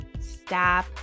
stop